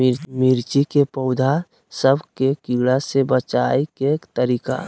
मिर्ची के पौधा सब के कीड़ा से बचाय के तरीका?